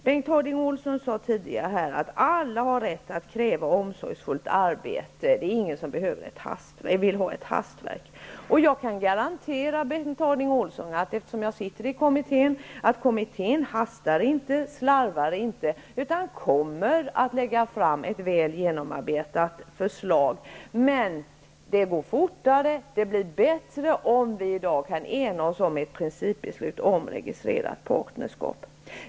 Bengt Harding Olson sade tidigare att alla har rätt att kräva omsorgsfullt arbete. Det är ingen som vill ha ett hastverk. Jag kan garantera Bengt Harding Olson, eftersom jag sitter i kommittén, att kommittén inte hastar, inte slarvar, utan kommer att lägga fram ett väl genomarbetat förslag. Men det går fortare och det blir bättre om vi i dag kan ena oss om ett principbeslut om registrerat partnerskap.